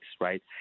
right